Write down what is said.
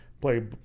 play